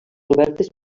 obertes